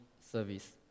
service